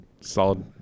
Solid